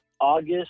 August